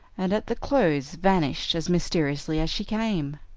and at the close vanished as mysteriously as she came.